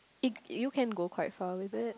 it you can go quite far with it